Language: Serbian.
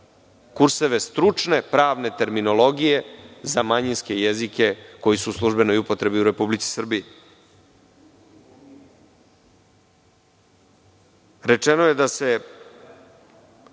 kurseve stručne pravne terminologije za manjinske jezike koji su u službenoj upotrebi u Republici Srbiji. Rečeno je da se